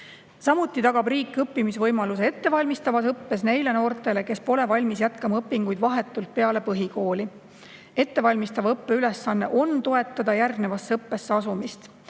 Samuti tagab riik võimaluse õppida ettevalmistavas õppes neile noortele, kes pole valmis jätkama õpinguid vahetult peale põhikooli. Ettevalmistava õppe ülesanne on toetada järgnevasse õppesse asumist